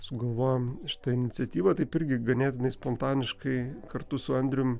sugalvojom šitą iniciatyvą taip irgi ganėtinai spontaniškai kartu su andrium